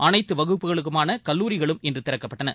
அனைத்துவகுப்புகளுக்குமானகல்லூரிகளும் இன்றுதிறக்கப்பட்டன